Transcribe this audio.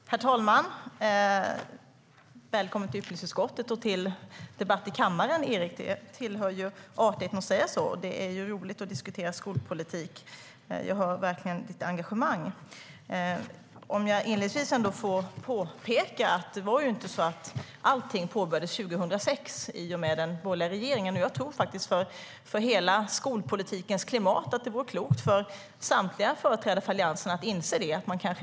Herr talman! Välkommen till utbildningsutskottet och till debatt i kammaren, Erik Bengtzboe. Det tillhör artigheten att säga det, och det är roligt att diskutera skolpolitik. Jag hör verkligen ditt engagemang. Inledningsvis vill jag påpeka att inte allt påbörjades 2006 i och med den borgerliga regeringen. Jag tror att det för klimatet i hela skolpolitiken vore klokt för samtliga företrädare för Alliansen att inse det.